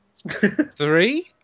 Three